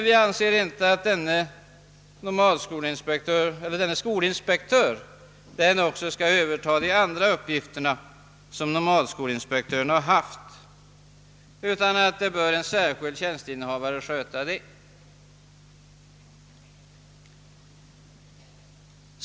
Vi anser däremot inte att denne skolinspektör också skall överta de andra uppgifter som nomadskolinspektören haft. En särskild tjänsteinnehavare bör sköta dem.